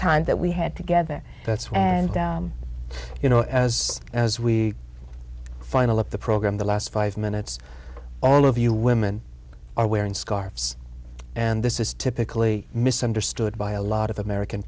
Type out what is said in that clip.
times that we had together and you know as we final up the program the last five minutes all of you women are wearing scarves and this is typically misunderstood by a lot of american